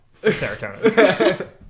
serotonin